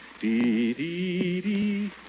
Dee-dee-dee